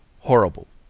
horrible,